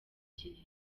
kirehe